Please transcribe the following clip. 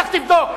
לך תבדוק,